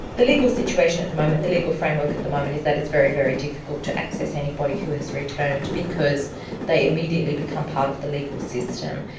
the legal situation at the moment, the legal framework at the moment is that it's very, very difficult to access anybody who has returned because they immediately become part of the legal system.